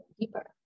deeper